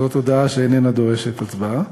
זאת הודעה שאיננה דורשת הצבעה.